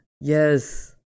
Yes